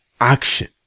action